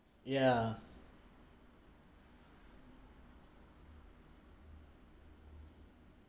yeah